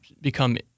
become